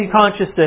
consciousness